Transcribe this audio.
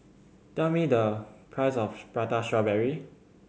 tell me the price of Prata Strawberry